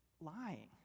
lying